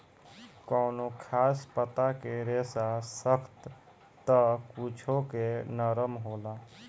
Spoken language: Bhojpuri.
कवनो खास पता के रेसा सख्त त कुछो के नरम होला